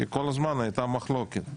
כי כל הזמן הייתה מחלוקת.